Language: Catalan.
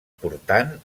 portant